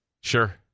Sure